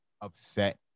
upset